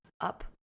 up